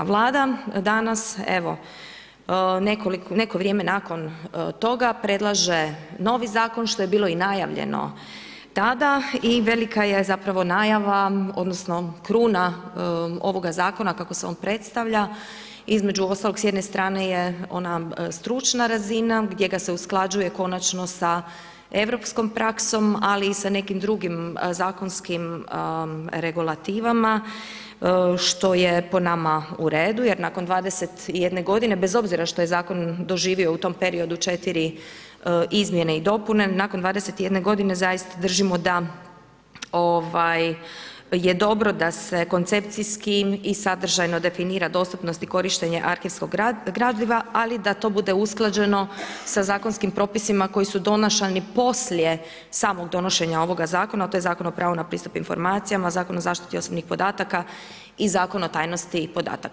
Vlada danas evo neko vrijeme nakon toga predlaže novi zakon što je bilo i najavljeno tada i velika je najava odnosno kruna ovoga zakona kako se on predstavlja između ostalog s jedne strane je ona stručna razina gdje ga se usklađuje konačno sa europskom praksom, ali i sa nekim drugim zakonskim regulativama što je po nama uredu jer nakon 21 godina bez obzira što je zakon doživio u tom periodu četiri izmjene i dopune nakon 21 godine zaista držimo da je dobro da se koncepcijski i sadržajno definira dostupnost i korištenje arhivskog gradiva, ali da to bude usklađeno sa zakonskim propisima koji su donašani poslije samog donošenja ovog zakona, a to je Zakon o pravu na pristup informacijama, Zakon o zaštiti osobnih podataka i Zakon o tajnosti podataka.